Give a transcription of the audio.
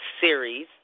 series